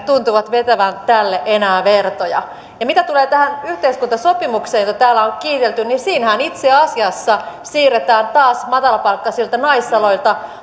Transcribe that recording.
tuntuvat vetävän tälle enää vertoja ja mitä tulee tähän yhteiskuntasopimukseen jota täällä on kiitelty niin siinähän itse asiassa siirretään taas matalapalkkaisilta naisaloilta